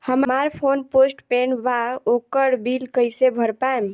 हमार phone postpaid बा ओकर बिल कईसे भर पाएम?